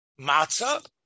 Matzah